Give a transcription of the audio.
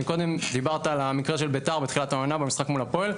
קודם דיברת על המקרה של בית"ר בתחילת העונה במשחק מול הפועל.